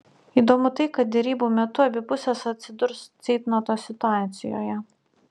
įdomu tai kad derybų metu abi pusės atsidurs ceitnoto situacijoje